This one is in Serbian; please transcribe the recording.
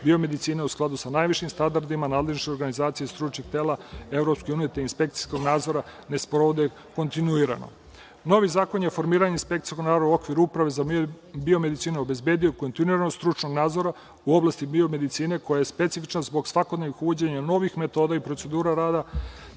biomedicine u skladu sa najvišim standardima nadležne organizacije i stručnih tela EU, te inspekcijski nadzor ne sprovode kontinuirano. Novi zakon je o formiranju inspekcijskog nadzora u okviru uprave za biomedicinu obezbedio kontinuiran stručni nadzor u oblasti biomedicine, koja je specifična zbog svakodnevnih uvođenja novih metoda i procedura rada,